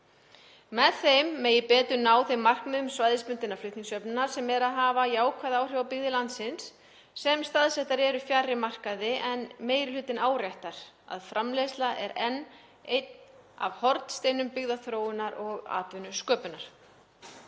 Með þeim megi betur ná þeim markmiðum svæðisbundinnar flutningsjöfnunar sem hafa jákvæð áhrif á byggðir landsins sem staðsettar eru fjarri markaði, en meiri hlutinn áréttar að framleiðsla er enn einn af hornsteinum byggðaþróunar og atvinnusköpunar.